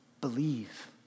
Believe